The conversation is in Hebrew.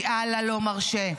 כי אללה לא מרשה.